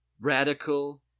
radical